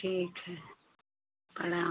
ठीक है प्रणाम